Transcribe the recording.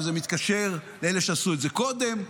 וזה מתקשר לאלה שעשו את זה קודם,